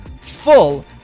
full